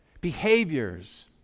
behaviors